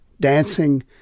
dancing